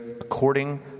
according